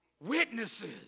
witnesses